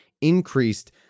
increased